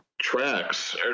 tracks